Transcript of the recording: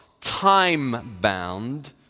time-bound